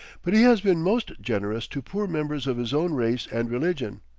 but he has been most generous to poor members of his own race and religion.